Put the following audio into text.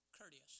courteous